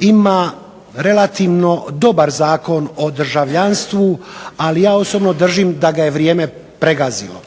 ima relativno dobar zakon o državljanstvu. Ali ja osobno držim da ga je vrijeme pregazilo.